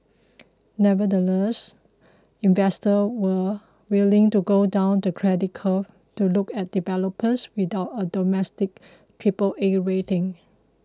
nevertheless investors were willing to go down the credit curve to look at developers without a domestic Triple A rating